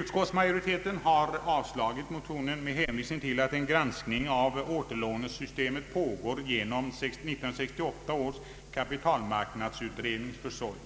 Utskottsmajoriteten har avstyrkt motionen med hänvisning till att en granskning av återlånesystemet pågår genom 1968 års kapitalmarknadsutrednings försorg.